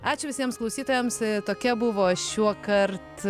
ačiū visiems klausytojams tokia buvo šiuokart